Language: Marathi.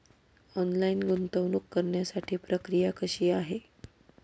ऑनलाईन गुंतवणूक करण्यासाठी प्रक्रिया कशी आहे?